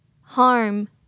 Harm